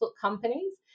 companies